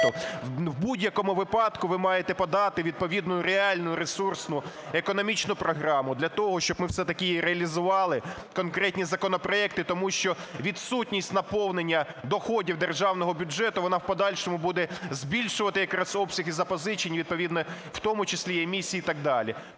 в будь-якому випадку ви маєте подати відповідну реальну ресурсну економічну програму для того, щоб ми все-таки її реалізували, конкретні законопроекти, тому що відсутність наповнення доходів державного бюджету, вона в подальшому буде збільшувати якраз обсяги запозичень і відповідно в тому числі емісії і так далі.